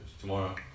Tomorrow